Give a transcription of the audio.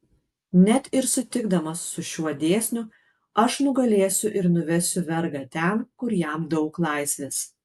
net ir sutikdamas su šiuo dėsniu aš nugalėsiu ir nuvesiu vergą ten kur jam daug laisvės